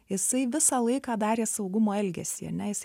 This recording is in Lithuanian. jisai visą laiką darė saugumo elgesį ane jis